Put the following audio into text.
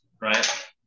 right